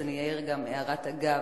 אני גם אעיר הערת אגב,